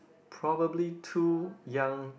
probably two young